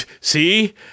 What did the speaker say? see